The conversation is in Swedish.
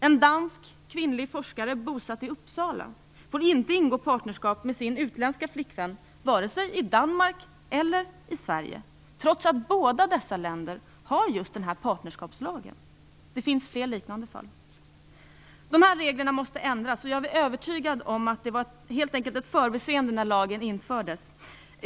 En dansk kvinnlig forskare bosatt i Uppsala får inte ingå partnerskap med sin utländska flickvän vare sig i Danmark eller i Sverige - trots att båda länderna har partnerskapslagar! Flera liknande fall finns. Dessa regler måste ändras. Jag är övertygad om att detta helt enkelt var ett förbiseende när lagen infördes.